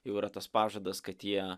jau yra tas pažadas kad jie